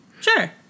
Sure